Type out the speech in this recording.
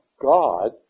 God